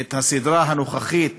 הסדרה הנוכחית